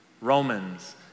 Romans